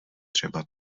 třeba